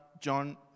John